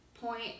point